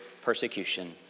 persecution